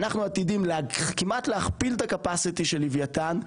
אנחנו עתידים כמעט להכפיל את הקפסיטי של לווייתן.